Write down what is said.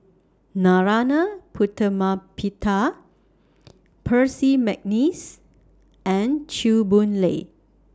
Narana Putumaippittan Percy Mcneice and Chew Boon Lay